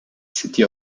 city